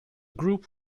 group